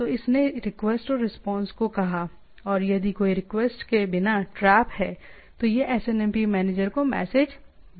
तो इसने रिक्वेस्ट और रिस्पांस को कहा और यदि कोई रिक्वेस्ट के बिना ट्रैप है तो यह एसएनएमपी मैनेजर को मैसेज भेज सकता है